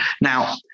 now